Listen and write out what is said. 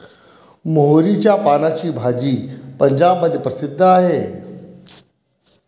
मोहरीच्या पानाची भाजी पंजाबमध्ये प्रसिद्ध आहे